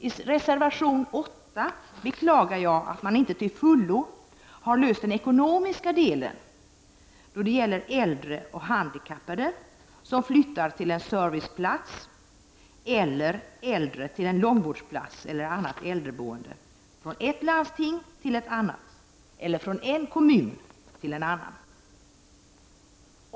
I reservation 8 beklagar jag att man inte till fullo löst frågan om den ekonomiska delen när det gäller äldre och handikappade som flyttar till en serviceplats — eller äldre som flyttar till långvårdsplats eller annat äldreboende — från ett landsting till ett annat eller från en kommun till en annan.